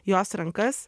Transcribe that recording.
jos rankas